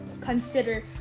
consider